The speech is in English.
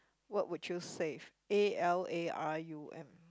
what would you save A L A R U M